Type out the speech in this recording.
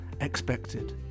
expected